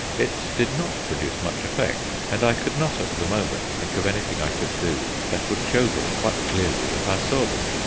it did not produce much effect, and i could not at the moment think of anything i could do that would show them quite clearly that i saw them.